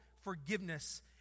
forgiveness